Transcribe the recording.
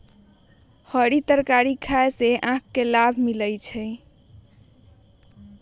हरीयर तरकारी खाय से आँख के लाभ मिलइ छै